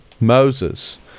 Moses